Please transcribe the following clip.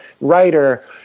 writer